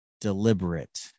deliberate